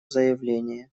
заявление